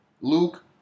Luke